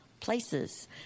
Places